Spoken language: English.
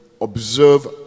observe